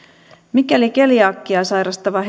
mikäli keliakiaa sairastava